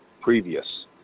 previous